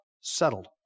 Settled